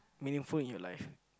meaningful in your life